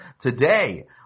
today